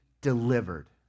delivered